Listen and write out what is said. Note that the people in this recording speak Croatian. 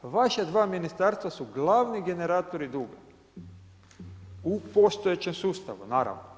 Vaša dva ministarstva su glavni generatori duga u postojećem sustavu naravno.